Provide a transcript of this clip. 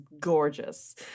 gorgeous